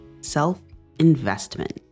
self-investment